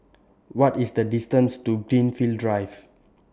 What IS The distance to Greenfield Drive